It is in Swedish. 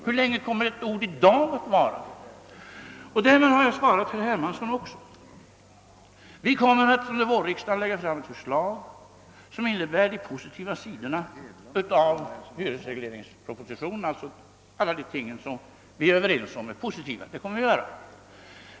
Hur länge kommer ni att tro på de ord som sagts i dag? Därmed har jag också svarat herr Hermansson. Vi kommer under vårriksdagen att lägga fram förslag, som omfattar de positiva sidorna i hyrespropositionen, alltså det som vi är överens om är positivt.